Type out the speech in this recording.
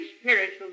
spiritual